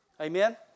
Amen